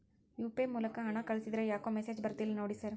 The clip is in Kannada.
ಯು.ಪಿ.ಐ ಮೂಲಕ ಹಣ ಕಳಿಸಿದ್ರ ಯಾಕೋ ಮೆಸೇಜ್ ಬರ್ತಿಲ್ಲ ನೋಡಿ ಸರ್?